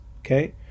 okay